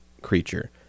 creature